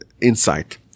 insight